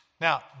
Now